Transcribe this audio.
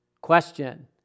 Question